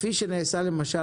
כפי שנעשה למשל